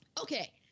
okay